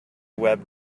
web